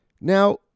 Now